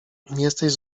jesteś